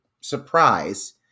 surprise